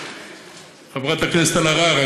חברת הכנסת אלהרר,